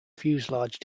fuselage